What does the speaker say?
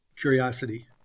Curiosity